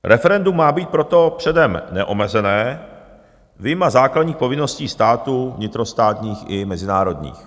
Referendum má být proto předem neomezené vyjma základních povinností státu vnitrostátních i mezinárodních.